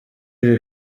iri